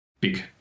big